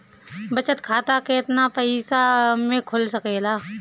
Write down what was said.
बचत खाता केतना पइसा मे खुल सकेला?